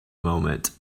moment